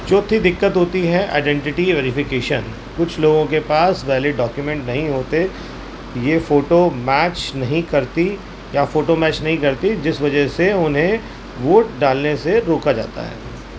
چتھی دقت ہوتی ہے آئیڈینٹیٹی ویریفیکیشن کچھ لوگوں کے پاس ویلڈ ڈاکومینٹ نہیں ہوتے یہ فوٹو میچ نہیں کرتی یا فوٹو میچ نہیں کرتی جس وجہ سے انہیں ووٹ ڈالنے سے روکا جاتا ہے